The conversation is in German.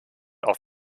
auf